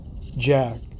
Jack